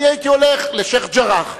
אני הייתי הולך לשיח'-ג'ראח,